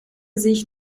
sich